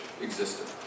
existed